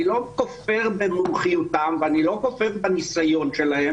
ואני לא כופר במומחיותם ואני לא כופר בניסיון שלהם